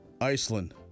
Iceland